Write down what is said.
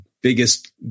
biggest